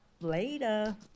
Later